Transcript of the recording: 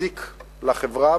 מזיק לחברה,